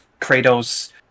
Kratos